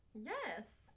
yes